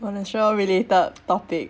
financial related topic